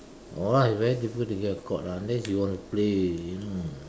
no lah it's very difficult to get court lah unless you want to play you know